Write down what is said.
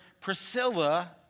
Priscilla